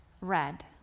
red